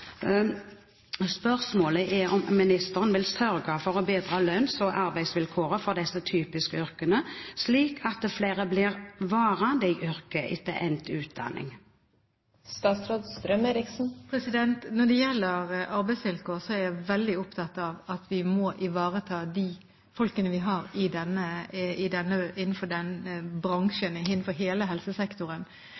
Spørsmålet er om ministeren vil sørge for å bedre lønns- og arbeidsvilkårene for disse typiske kvinneyrkene, slik at flere blir værende i yrket etter endt utdanning? Når det gjelder arbeidsvilkår, er jeg veldig opptatt av at vi må ivareta de folkene vi har i denne bransjen, innenfor hele helsesektoren, fordi – som jeg også sa i